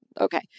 Okay